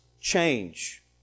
change